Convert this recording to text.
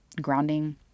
grounding